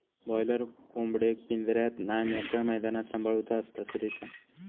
boiler कोंबडेक पिंजऱ्यात नाय मोकळ्या मैदानात सांभाळूचा असता, सुरेशा